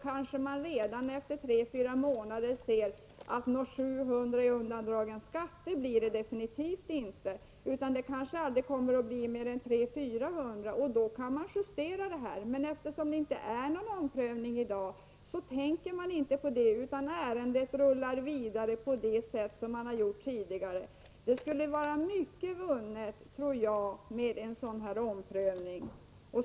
kanske man redan efter tre fyra månader ser att det definitivt inte blir tal om några 700 000 i undandragen skatt, utan det kanske aldrig blir mer än 300 000-400 000 kr. Då kan man justera beslaget. Men eftersom det i dag inte sker någon omprövning, tänker man inte på detta utan ärendet rullar vidare på samma sätt som tidigare. Mycket skulle vara vunnet, tror jag, med en sådan här omprövning.